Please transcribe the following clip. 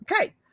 okay